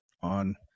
on